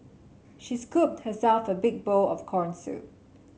she scooped herself a big bowl of corn soup